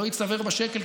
לא ייצבר בה שקל,